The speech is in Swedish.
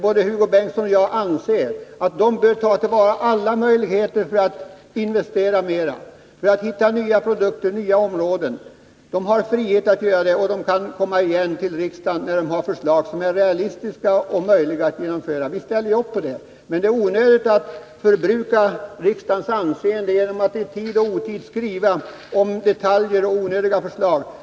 Både Hugo Bengtsson och jag anser att de bör ta till vara alla möjligheter att investera mer, hitta nya produkter och områden. De har frihet att göra det. De kan komma igen till riksdagen, när de har realistiska förslag som är möjliga att genomföra. Vi ställer ju upp på det. Men det är onödigt att förbruka riksdagens anseende genom att i tid och otid skriva om detaljer och onödiga förslag.